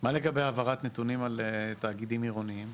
מה לגבי העברת נתונים על תאגידים עירוניים?